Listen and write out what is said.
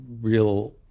real